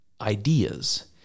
ideas